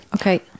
Okay